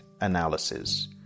analysis